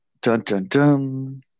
dun-dun-dun